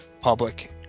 public